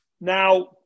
Now